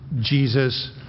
Jesus